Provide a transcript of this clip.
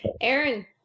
Aaron